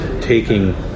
taking